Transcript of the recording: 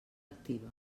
activa